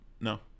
no